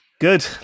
Good